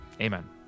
Amen